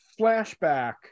flashback